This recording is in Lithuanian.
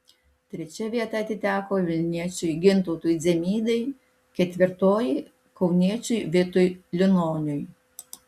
trečia vieta atiteko vilniečiui gintautui dzemydai ketvirtoji kauniečiui vitui linoniui